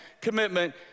commitment